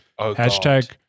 Hashtag